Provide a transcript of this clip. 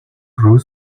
bruce